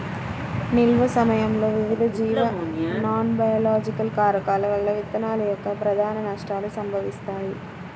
నిల్వ సమయంలో వివిధ జీవ నాన్బయోలాజికల్ కారకాల వల్ల విత్తనాల యొక్క ప్రధాన నష్టాలు సంభవిస్తాయి